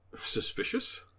Suspicious